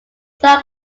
saw